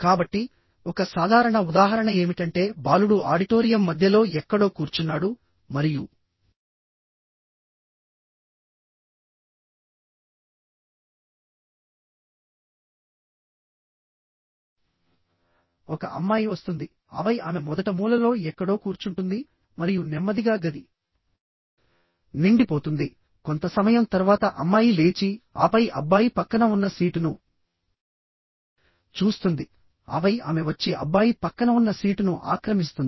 కాబట్టి ఒక సాధారణ ఉదాహరణ ఏమిటంటే బాలుడు ఆడిటోరియం మధ్యలో ఎక్కడో కూర్చున్నాడు మరియు ఒక అమ్మాయి వస్తుంది ఆపై ఆమె మొదట మూలలో ఎక్కడో కూర్చుంటుంది మరియు నెమ్మదిగా గది నిండి పోతుంది కొంత సమయం తర్వాత అమ్మాయి లేచి ఆపై అబ్బాయి పక్కన ఉన్న సీటును చూస్తుంది ఆపై ఆమె వచ్చి అబ్బాయి పక్కన ఉన్న సీటును ఆక్రమిస్తుంది